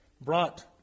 brought